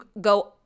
go